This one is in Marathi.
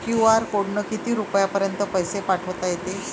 क्यू.आर कोडनं किती रुपयापर्यंत पैसे पाठोता येते?